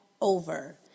over